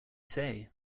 say